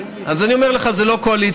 אז אני אומר לך: זה לא קואליציה.